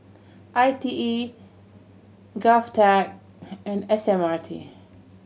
I T E GovTech and S M R T